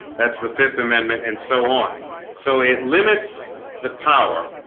that's the fifth amendment and so on so it limits the power